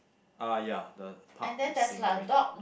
uh ya the park is same green